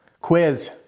Quiz